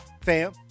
fam